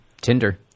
Tinder